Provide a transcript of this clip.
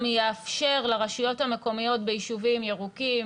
יאפשר לרשויות המקומיות ביישובים ירוקים,